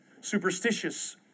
superstitious